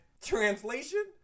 Translation